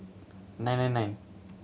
nine nine nine